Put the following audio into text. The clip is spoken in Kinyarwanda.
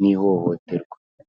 n'ihohoterwa.